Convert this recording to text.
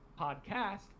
podcast